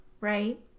right